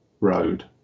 road